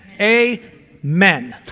amen